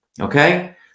okay